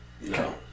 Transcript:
No